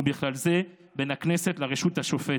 ובכלל זה בין הכנסת לרשות השופטת,